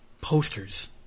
posters